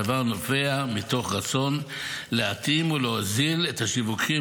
הדבר נובע מתוך רצון להתאים ולהוזיל את השיווקים